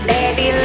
Baby